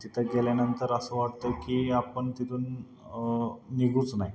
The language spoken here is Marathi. तिथं गेल्यानंतर असं वाटतं की आपण तिथून निघूच नये